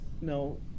no